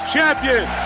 Champion